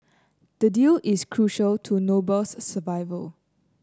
the deal is crucial to Noble's survival